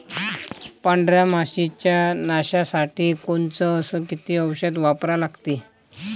पांढऱ्या माशी च्या नाशा साठी कोनचं अस किती औषध वापरा लागते?